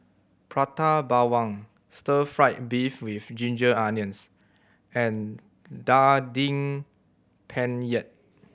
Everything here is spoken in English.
Prata Bawang Stir Fry beef with ginger onions and Daging Penyet